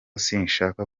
sinshaka